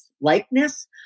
likeness